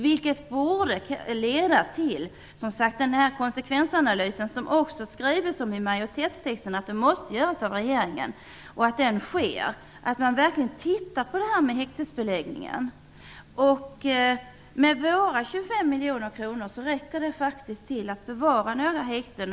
Det är viktigt att de konsekvensanalyser verkligen görs som det står i majoritetstexten att regeringen måste göra. Man måste titta på häktesbeläggningen. Våra 25 miljoner kronor räcker till att bevara några häkten.